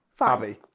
Abby